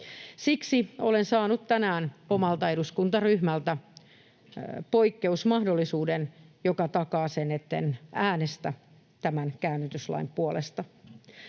Siksi olen saanut tänään omalta eduskuntaryhmältäni poikkeusmahdollisuuden, joka takaa sen, etten äänestä tämän käännytyslain puolesta.